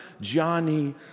Johnny